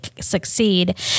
succeed